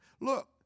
Look